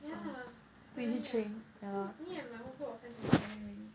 yeah definitely lah wh~ me and my whole group of friends also like that already